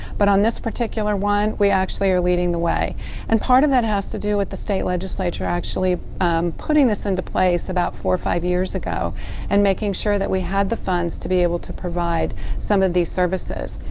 but on this particular one, we actually are leading the way and part of that has to do with the state legislature actually putting this into place about four or five years ago and making sure that we had the funds to be able to provide some of these services.